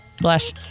blush